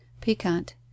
piquant